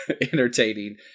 entertaining